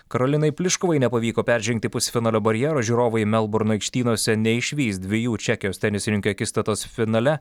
karolinai pliškovai nepavyko peržengti pusfinalio barjero žiūrovai melburno aikštynuose neišvys dviejų čekijos tenisininkių akistatos finale